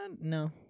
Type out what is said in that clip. no